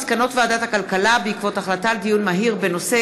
כמו כן הונחו מסקנות ועדת הכלכלה בעקבות דיון מהיר בהצעת